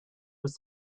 was